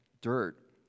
dirt